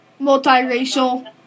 Multiracial